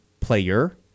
player